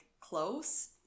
close